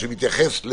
-- שמתייחס,